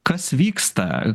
kas vyksta